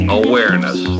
awareness